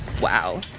Wow